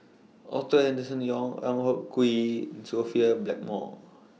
Arthur Henderson Young En Hock Hwee and Sophia Blackmore